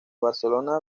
barcelona